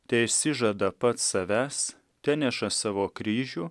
teišsižada pats savęs teneša savo kryžių